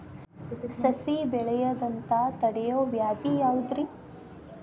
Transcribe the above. ಸಸಿ ಬೆಳೆಯದಂತ ತಡಿಯೋ ವ್ಯಾಧಿ ಯಾವುದು ರಿ?